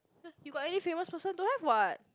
you got any famous person don't have what